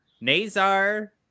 Nazar